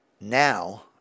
Now